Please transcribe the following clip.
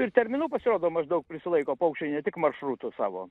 ir terminų pasirodo maždaug prisilaiko paukščiai ne tik maršrutų savo